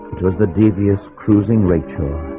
it was the devious cruising rachel